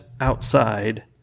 outside